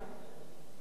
אז עכשיו,